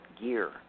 gear